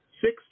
six